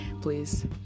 please